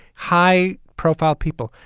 high profile people.